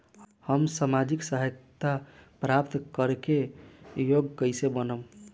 हम सामाजिक सहायता प्राप्त करे के योग्य कइसे बनब?